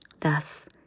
Thus